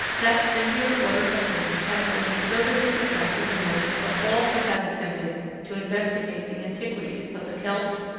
that singular order of men has most deservedly attracted the notice of all who have attempted to investigate the antiquities of the celts,